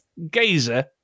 gazer